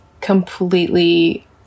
completely